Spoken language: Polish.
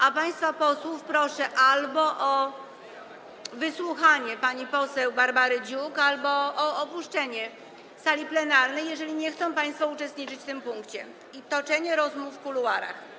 A państwa posłów proszę albo o wysłuchanie pani poseł Barbary Dziuk, albo o opuszczenie sali plenarnej, jeżeli nie chcą państwo uczestniczyć w omawianiu tego punktu, i toczenie rozmów w kuluarach.